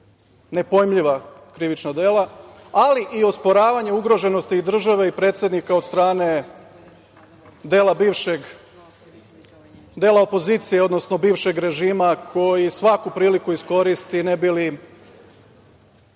nepojmljiva krivična dela, ali i osporavanje ugroženosti države i predsednika od strane dela bivšeg, dela opozicije, odnosno bivšeg režima koji svaku priliku iskoristi ne bi li